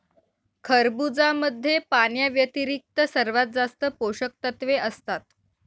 खरबुजामध्ये पाण्याव्यतिरिक्त सर्वात जास्त पोषकतत्वे असतात